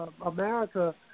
America